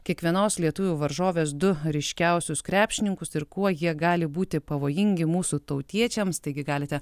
kiekvienos lietuvių varžovės du ryškiausius krepšininkus ir kuo jie gali būti pavojingi mūsų tautiečiams taigi galite